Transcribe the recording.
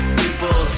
people